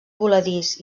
voladís